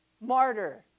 martyr